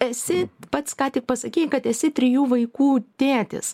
esi pats ką tik pasakei kad esi trijų vaikų tėtis